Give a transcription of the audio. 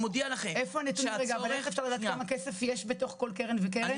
אבל איך אפשר לדעת כמה כסף יש בתוך כל קרן וקרן,